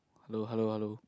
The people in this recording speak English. hello hello hello